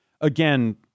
again